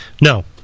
no